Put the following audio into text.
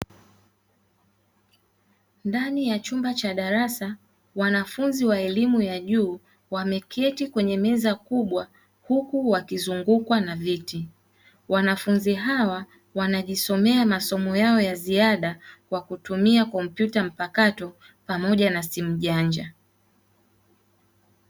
Ndani ya chumba cha darasa wanafunzi wa elimu ya juu wameketi kwenye meza kubwa huku wakizungukwa na viti, wanafunzi hawa wanajisomea masomo yao ya ziada kwa kutumia kompyuta mpakato pamoja na simu janja.